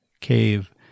cave